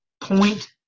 point